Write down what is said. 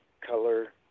color